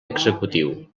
executiu